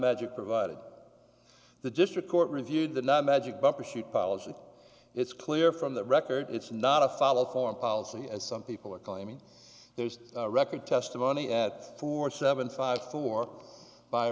magic provided the district court reviewed the now magic bumper sheet policy it's clear from the record it's not a follow foreign policy as some people are claiming there's a record testimony at four seven five four by